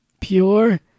pure